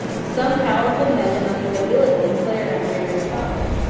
some powerful men among the nobility declared on mary's side.